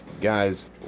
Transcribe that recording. Guys